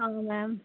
हां मैम